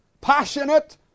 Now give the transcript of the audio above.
passionate